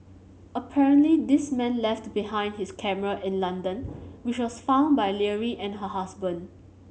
apparently this man left behind his camera in London which was found by Leary and her husband